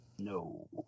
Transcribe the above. No